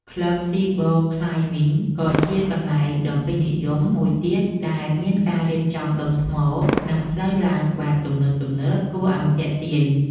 ក្លឹប ស៊ីបូ ក្លាយមីង ក៏ជាកន្លែងដ៏ពេញនិយមមួយទៀតដែលមានការរៀបចំដុំថ្ម និងផ្លូវឡើងបែបទំនើបៗគួរឱ្យទាក់ទាញ។